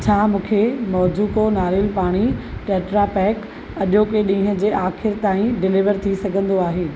छा मूंखे मोजोको नारेलु पाणी टेट्रापैक अॼोके ॾींहं जे आख़िरि ताईं डिलीवर थी सघंदो आहे